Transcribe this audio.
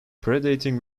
predating